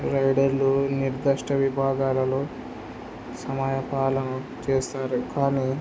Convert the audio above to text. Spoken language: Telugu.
రైడర్లు నిర్దష్ట విభాగాలలో సమయపాలన చేస్తారు కానీ